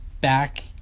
back